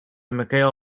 mikhail